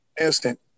instant